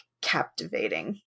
captivating